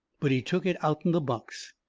but he took it out'n the box.